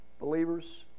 Believers